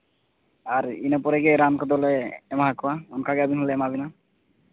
ᱟᱨ ᱤᱱᱟᱹ ᱯᱚᱨᱮ ᱜᱮ ᱨᱟᱱ ᱠᱚᱫᱚᱞᱮ ᱮᱢᱟ ᱠᱚᱣᱟ ᱚᱱᱠᱟᱜᱮ ᱟᱹᱵᱤᱱ ᱦᱚᱸᱞᱮ ᱮᱢᱟ ᱵᱮᱱᱟ